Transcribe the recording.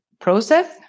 process